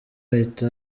ahite